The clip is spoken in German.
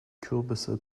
kürbisse